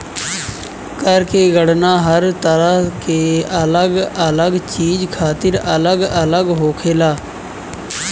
कर के गणना हर तरह के अलग अलग चीज खातिर अलग अलग होखेला